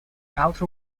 outer